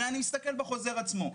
הרי אני מסתכל בחוזר עצמו.